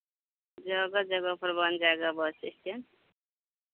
जगह जगह पर बन जाएगा बस स्टैन्ड